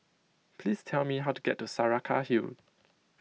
please tell me how to get to Saraca Hill